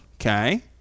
okay